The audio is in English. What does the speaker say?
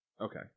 Okay